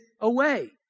away